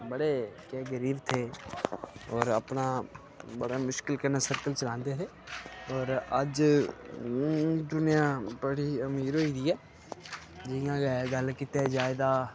बड़े के गरीब थे होर अपना बड़ा मुश्कल कन्नै सर्कल चलांदे हे होर अज्ज दुनिया बड़ी अमीर होई दी ऐ जियां गै गल्ल कीता जा